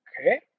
Okay